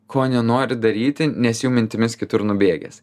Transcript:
ko nenori daryti nes jau mintimis kitur nubėgęs